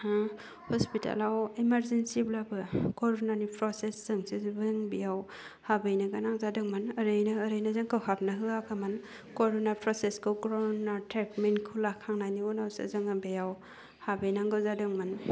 ओह हस्पितालाव इमारजेन्सि ब्लाबो खरुनानि प्रसेचजोंसोमोन बेयाव हाबहैनो गोनां जादोंमोन आरो ओरैनो ओरैनो जोंखौ हाबनो होआखैमोन करुना प्रसेचखौ करुना ट्रेटमेन्टखौ लाखांनायनि उनावसो जोङो बेयाव हाबहैनांगौ जादोंमोन